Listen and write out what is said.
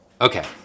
Okay